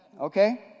Okay